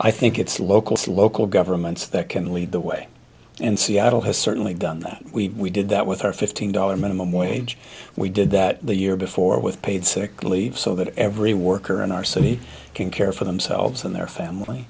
i think it's locals local governments that can lead the way and seattle has certainly done that we did that with our fifteen dollar minimum wage we did that the year before with paid sick leave so that every worker in our so he can care for themselves and their family